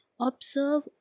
Observe